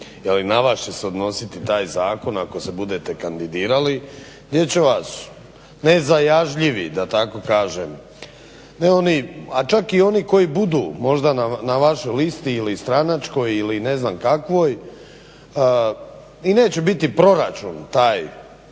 na vas će se odnositi taj zakon ako se bude kandidirali gdje će vas nezajažljivi da tako kažem ne oni a čak i oni koji budu možda na vašoj listi ili stranačkoj ili ne znam kakvoj i neće biti proračun taj element.